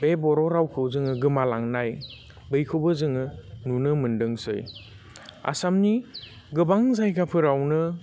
बे बर' रावखौ जोङो गोमालांनाय बैखौबो जोङो नुनो मोनदोंसै आसामनि गोबां जायगाफोरावनो